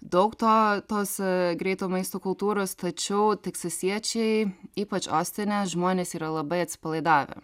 daug to tos greito maisto kultūros tačiau teksasiečiai ypač ostine žmonės yra labai atsipalaidavę